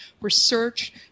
research